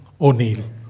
O'Neill